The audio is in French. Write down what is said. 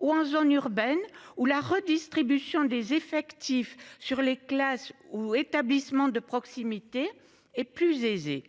ou en zone urbaine ou la redistribution des effectifs sur les classes ou établissements de proximité et plus aisée.